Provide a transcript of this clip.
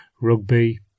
rugby